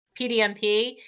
pdmp